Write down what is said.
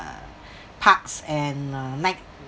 parks and uh night